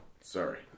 Sorry